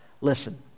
Listen